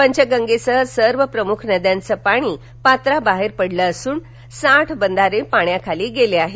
पंचगंगेसह सर्व प्रमुख नद्यांच पाणी पात्राबाहेर पडलं असून साठ बंधारे पाण्याखाली गेले आहेत